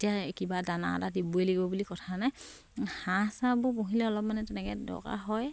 এতিয়া কিবা দানা এটা দিবই লাগিব বুলি কথা নাই হাঁহ চাহবোৰ পুহিলে অলপমান তেনেকে দৰকাৰ হয়